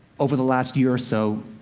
over the last year or so,